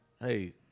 hey